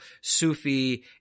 Sufi